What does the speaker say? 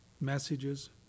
messages